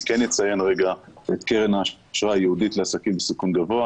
אציין את קרן האשראי הייעודית לעסקים בסיכון גבוה,